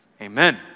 Amen